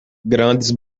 grandes